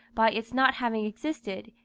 by its not having existed,